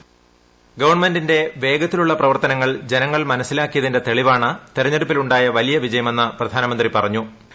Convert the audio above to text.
voice ഗവൺമെന്റിന്റെ വേഗത്തിലുള്ള പ്രിപ്പർത്തനങ്ങൾ ജനങ്ങൾ മനസ്സിലാക്കിയതിന്റെ തെളിവാണ് തെരുത്ത്ടുപ്പിൽ ഉണ്ടായ വലിയ വിജയമെന്ന് പ്രധാനമന്ത്രി പറഞ്ഞി